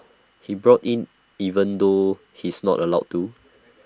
he bought in even though he's not allowed to